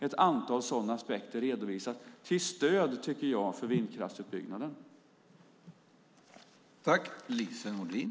Ett antal sådana aspekter redovisas till stöd, tycker jag, för vindkraftsutbyggnaden.